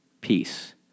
peace